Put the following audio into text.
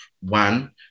one